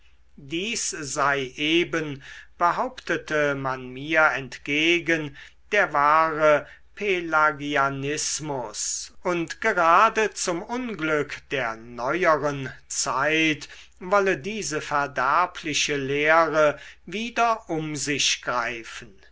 dies sei eben behauptete man mir entgegen der wahre pelagianismus und gerade zum unglück der neueren zeit wolle diese verderbliche lehre wieder um sich greifen